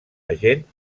agent